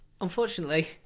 unfortunately